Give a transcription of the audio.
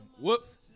Whoops